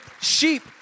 sheep